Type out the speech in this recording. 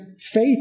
faith